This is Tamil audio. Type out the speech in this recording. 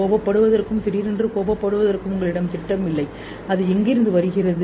கோபப்படுவதற்கும் திடீரென்று கோபப்படுவதற்கும் உங்களிடம் திட்டம் இல்லை அது எங்கிருந்து வருகிறது